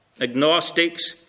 agnostics